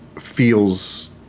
feels